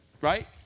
right